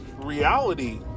reality